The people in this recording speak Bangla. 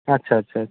আচ্ছা আচ্ছা আচ্ছা